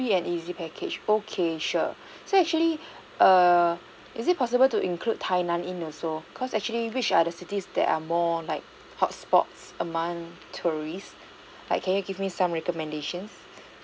free and easy package okay sure so actually err is it possible to include tainan in also because actually which are the cities that are more like hot spots among tourists like can you give me some recommendations